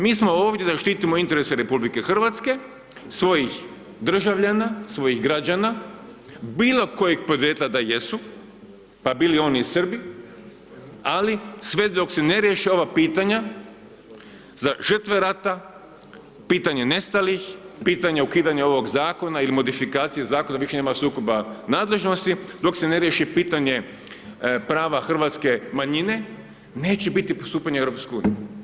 Mi smo ovdje da štitimo interese RH, svojih državljana, svojih građana, bilokojeg podrijetla da jesu pa bili oni i Srbi, ali sve dok se ne riješe ova pitanja za žrtve rata pitanje nestalih, pitanja ukidanja ovog zakona ili modifikacija zakona da više nema sukoba nadležnosti dok se ne riješi pitanje prava hrvatske manjine, neće biti stupanja u EU.